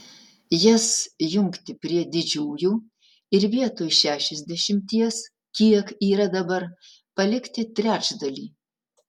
jas jungti prie didžiųjų ir vietoj šešiasdešimties kiek yra dabar palikti trečdalį